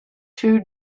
two